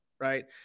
right